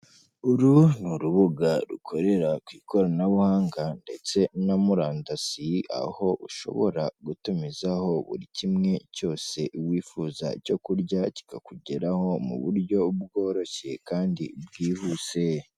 Uru ni urubuga rukorera ku ikoranabuhanga ndetse na murandasi, aho ushobora gutumizaho buri kimwe cyose wifuza icyo kurya kikakugeraho muburyo bworoshye kandi bwihuse.